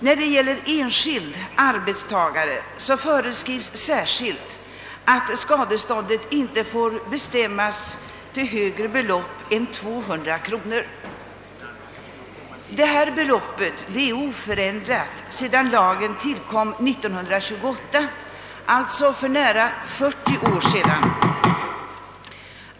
När det gäller enskild arbetstagare föreskrives särskilt, att skadeståndet inte får bestämmas till högre belopp än 200 kronor. Detta belopp är oförändrat sedan lagens tillkomst år 1928, alltså för nära 40 år sedan.